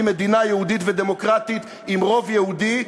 מדינה יהודית ודמוקרטית עם רוב יהודי.